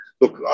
look